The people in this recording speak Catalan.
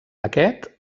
aquest